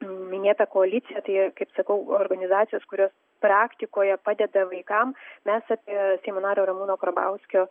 minėta koalicija tai kaip sakau organizacijos kurios praktikoje padeda vaikams mes apie seimo nario ramūno karbauskio